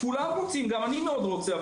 גם אני מאוד רוצה,